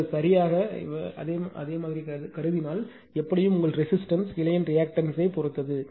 நீங்கள் சரியாக அதே கருதினால் எப்படியும் அது உங்கள் ரெசிஸ்டன்ஸ் கிளை யின் ரியாக்டன்ஸ் பொறுத்தது